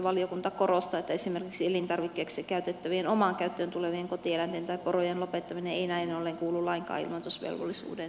valiokunta korostaa että esimerkiksi elintarvikkeeksi käytettävien omaan käyttöön tulevien kotieläinten tai porojen lopettaminen ei näin ollen kuulu lainkaan ilmoitusvelvollisuuden piiriin